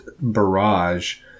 barrage